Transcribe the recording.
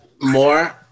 more